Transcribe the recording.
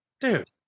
dude